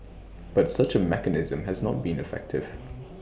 but such A mechanism has not been effective